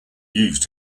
used